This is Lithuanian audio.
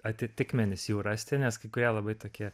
atitikmenis jų rasti nes kai kurie labai tokie